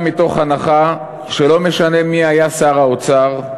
גם מתוך הנחה שלא משנה מי היה שר האוצר,